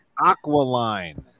Aqualine